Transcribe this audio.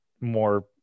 more